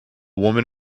woman